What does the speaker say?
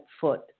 foot